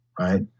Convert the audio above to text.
right